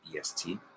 est